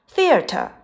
Theater